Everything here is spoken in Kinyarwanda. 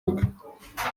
ubwe